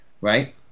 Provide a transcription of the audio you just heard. right